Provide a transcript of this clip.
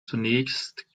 zunächst